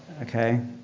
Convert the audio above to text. Okay